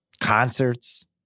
concerts